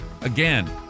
Again